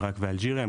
עיראק ואלג'יריה.